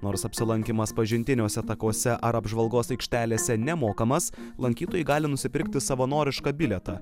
nors apsilankymas pažintiniuose takuose ar apžvalgos aikštelėse nemokamas lankytojai gali nusipirkti savanorišką bilietą